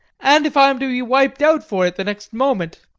and if i am to be wiped out for it the next moment!